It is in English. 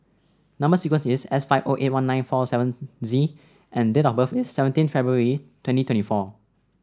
number sequence is S five O eight one nine four seven Z and date of birth is seventeen February twenty twenty four